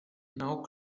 now